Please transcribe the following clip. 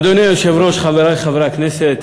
אדוני היושב-ראש, חברי חברי הכנסת,